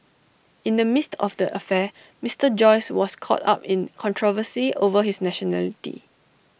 in the midst of the affair Mister Joyce was caught up in controversy over his nationality